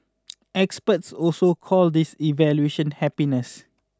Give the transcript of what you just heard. experts also call this evaluative happiness